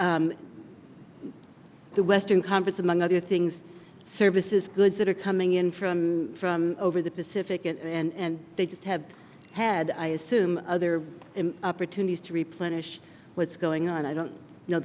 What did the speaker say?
the western conference among other things services goods that are coming in from from over the pacific and they just have head i assume other opportunities to replenish what's going on i don't know